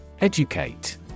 Educate